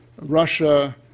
Russia